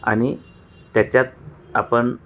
आणि त्याच्यात आपण